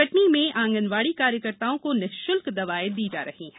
कटनी में आंगनबाड़ी कार्यकर्ताओं को निशुल्क दवाए दी जा रही है